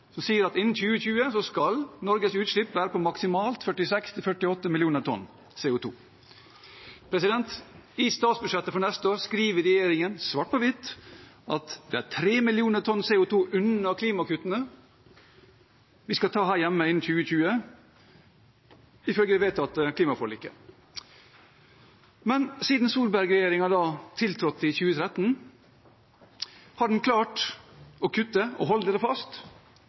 som sier at innen 2020 skal Norges utslipp være på maksimalt 46–48 millioner tonn CO 2 . I statsbudsjettet for neste år skriver regjeringen svart på hvitt at de er 3 millioner tonn CO 2 unna klimakuttene vi skal ta her hjemme innen 2020, ifølge det vedtatte klimaforliket. Men siden Solberg-regjeringen tiltrådte i 2013, har den klart å kutte – og hold dere fast